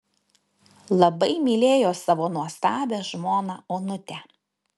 labai mylėjo savo nuostabią žmoną onutę